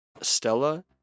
Stella